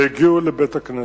והגיעו לבית-הכנסת.